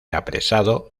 apresado